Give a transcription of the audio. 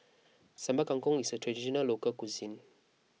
Sambal Kangkong is a Traditional Local Cuisine